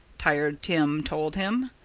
tired tim told him.